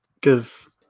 give